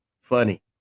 funny